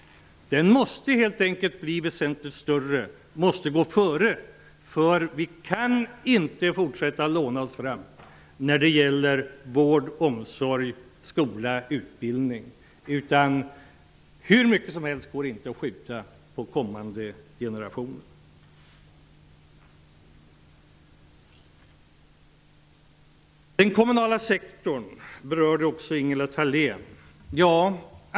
Den måste helt enkelt bli väsenligt större och gå före. Vi kan nämligen inte fortsätta att låna oss fram när det gäller vård, omsorg, skola och utbildning. Det går inte att skjuta hur mycket som helst på kommande generationer. Också Ingela Thalén berörde den kommunala sektorn.